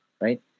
right